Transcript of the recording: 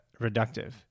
reductive